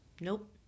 Nope